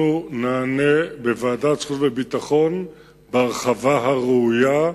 אנחנו נענה בוועדת חוץ וביטחון בהרחבה הראויה,